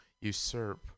usurp